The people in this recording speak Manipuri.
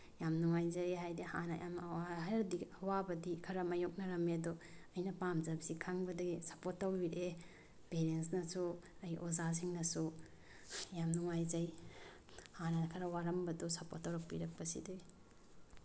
ꯌꯥꯝ ꯅꯨꯡꯉꯥꯏꯖꯩ ꯍꯥꯏꯗꯤ ꯍꯥꯟꯅ ꯌꯥꯝ ꯑꯋꯥꯕꯗꯤ ꯈꯔ ꯃꯥꯌꯣꯛꯅꯔꯝꯃꯤ ꯑꯗꯣ ꯑꯩꯅ ꯄꯥꯝꯖꯕꯁꯤ ꯈꯪꯕꯗꯒꯤ ꯁꯄꯣꯔꯠ ꯇꯧꯕꯤꯔꯛꯑꯦ ꯄꯦꯔꯦꯟꯁꯅꯁꯨ ꯑꯩ ꯑꯣꯖꯥꯁꯤꯡꯅꯁꯨ ꯌꯥꯝ ꯅꯨꯡꯉꯥꯏꯖꯩ ꯍꯥꯟꯅ ꯈꯔ ꯋꯥꯔꯝꯕꯗꯣ ꯁꯄꯣꯔꯠ ꯇꯧꯔꯛꯄꯤꯔꯛꯄꯁꯤꯗꯒꯤ